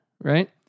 right